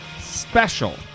special